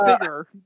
bigger